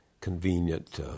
convenient